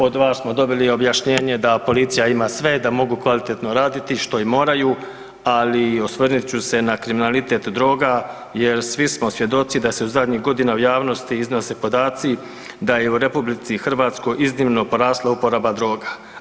Od vas smo dobili i objašnjenje da policija ima sve da mog kvalitetno raditi što i moraju, ali osvrnut ću se na kriminalitet droga jer svi smo svjedoci da se u zadnjih godina u javnosti iznose podaci da je u Republici Hrvatskoj iznimno porasla uporaba droga.